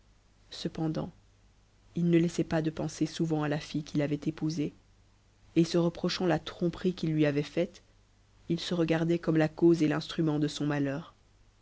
cependant il ne laissait pas de penser souvent a la fille qu'il avait épousée et se reprochant la tromperie qu'il lui avait faite il se regardait comme la cause et l'instrument de son malheur